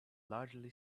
largely